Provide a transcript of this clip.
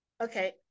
okay